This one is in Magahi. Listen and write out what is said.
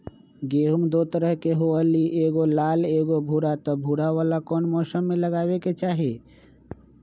गेंहू दो तरह के होअ ली एगो लाल एगो भूरा त भूरा वाला कौन मौसम मे लगाबे के चाहि?